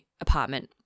apartment